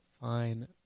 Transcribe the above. fine